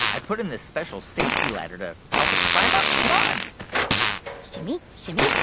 i put in this special safety ladder to help us climb up. come on shimmy, shimmy,